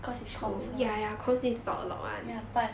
cause it's comms mah ya but